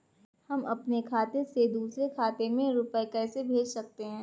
हम अपने खाते से दूसरे के खाते में रुपये कैसे भेज सकते हैं?